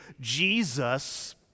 Jesus